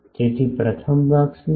તેથી પ્રથમ ભાગ શું છે